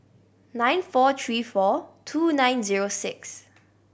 nine four three four two nine zero six